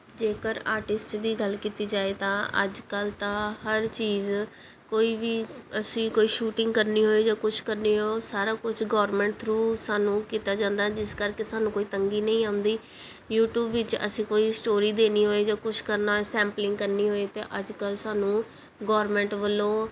ਜੇਕਰ ਆਰਟਿਸਟ ਦੀ ਗੱਲ ਕੀਤੀ ਜਾਏ ਤਾਂ ਅੱਜ ਕੱਲ੍ਹ ਤਾਂ ਹਰ ਚੀਜ਼ ਕੋਈ ਵੀ ਅਸੀਂ ਕੋਈ ਸ਼ੂਟਿੰਗ ਕਰਨੀ ਹੋਵੇ ਜਾਂ ਕੁਛ ਕਰਨੀ ਹੋ ਉਹ ਸਾਰਾ ਕੁਛ ਗੌਰਮੈਂਟ ਥਰੂ ਸਾਨੂੰ ਕੀਤਾ ਜਾਂਦਾ ਜਿਸ ਕਰਕੇ ਸਾਨੂੰ ਕੋਈ ਤੰਗੀ ਨਹੀਂ ਆਉਂਦੀ ਯੂਟੀਊਬ ਵਿੱਚ ਅਸੀਂ ਕੋਈ ਸਟੋਰੀ ਦੇਣੀ ਹੋਏ ਜਾਂ ਕੁਛ ਕਰਨਾ ਸੈਂਪਲਿੰਗ ਕਰਨੀ ਹੋਵੇ ਤਾਂ ਅੱਜ ਕੱਲ੍ਹ ਸਾਨੂੰ ਗੌਰਮੈਂਟ ਵੱਲੋਂ